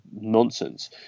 nonsense